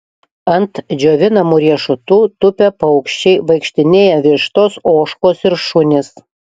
ant džiovinamų riešutų tupia paukščiai vaikštinėja vištos ožkos ir šunys